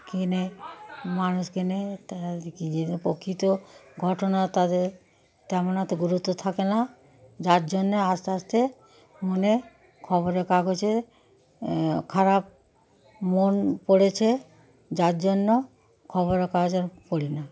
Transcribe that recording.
কেনে মানুষ কেনে তাদের প্রকৃত ঘটনা তাদের তেমন অত গুরুত্ব থাকে না যার জন্যে আস্তে আস্তে মনে খবরের কাগজে খারাপ মন পড়েছে যার জন্য খবরের কাগজ আর পড়ি না